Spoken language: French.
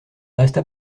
resta